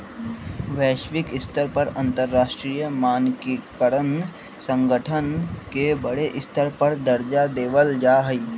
वैश्विक स्तर पर अंतरराष्ट्रीय मानकीकरण संगठन के बडे स्तर पर दर्जा देवल जा हई